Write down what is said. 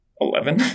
eleven